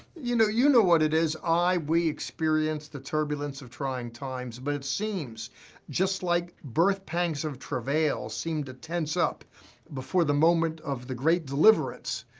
you know you know what it is. i, we experience the turbulence of trying times, but it seems just like birth pangs of travail seem to tense up before the moment of the great deliverance,